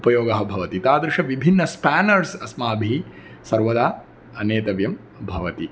उपयोगः भवति तादृशं विभिन्नं स्पानर्स् अस्माभिः सर्वदा आनेतव्यं भवति